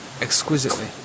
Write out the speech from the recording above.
exquisitely